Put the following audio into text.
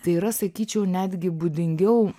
tai yra sakyčiau netgi būdingiau